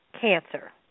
cancer